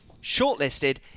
shortlisted